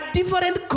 different